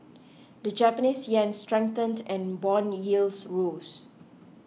the Japanese yen strengthened and bond yields rose